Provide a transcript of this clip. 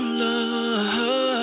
love